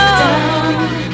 down